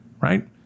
Right